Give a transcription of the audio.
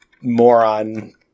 moron